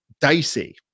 dicey